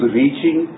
reaching